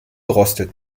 rostet